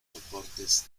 soportes